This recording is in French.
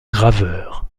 graveur